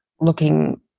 looking